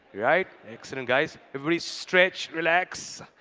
right? excellent, guys. everybody stretch. relax.